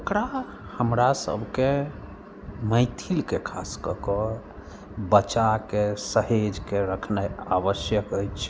ओकरा हमरा सभकेँ मैथिलके खास कऽ कऽ बचाके सहेजके रखनाइ आवश्यक अछि